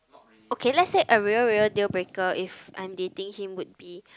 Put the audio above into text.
okay let's say a real real deal breaker if I'm dating him would be